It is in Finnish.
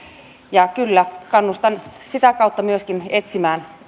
ja kyllä kannustan sitä kautta myöskin etsimään